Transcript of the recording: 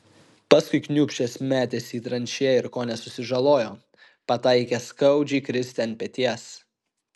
paskui kniūbsčias metėsi į tranšėją ir kone susižalojo pataikęs skaudžiai kristi ant peties